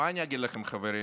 מה אני אגיד לכם, חברים?